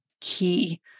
key